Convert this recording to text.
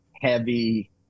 heavy